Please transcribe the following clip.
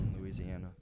Louisiana